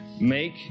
Make